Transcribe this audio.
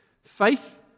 Faith